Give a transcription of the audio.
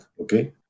okay